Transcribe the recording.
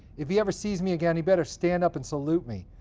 if he ever sees me again, he better stand up and salute me.